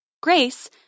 Grace